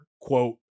quote